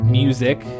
music